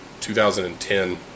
2010